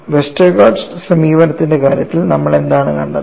Westergaard സമീപനത്തിന്റെ കാര്യത്തിൽ നമ്മൾ എന്താണ് കണ്ടത്